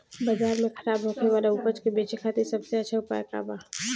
बाजार में खराब होखे वाला उपज के बेचे खातिर सबसे अच्छा उपाय का बा?